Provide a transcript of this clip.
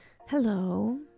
Hello